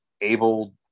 able